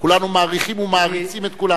כולנו מעריכים ומעריצים את כולם.